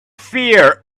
fear